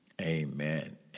Amen